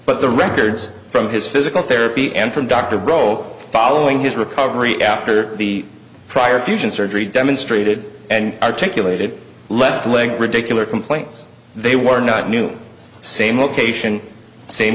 but the records from his physical therapy and from dr ro following his recovery after the prior fusion surgery demonstrated and articulated left leg ridiculous complaints they were not new same location same